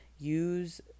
use